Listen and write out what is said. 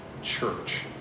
Church